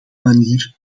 manier